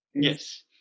Yes